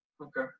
Okay